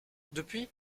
depuis